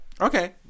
Okay